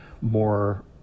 more